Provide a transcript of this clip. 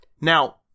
Now